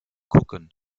gucken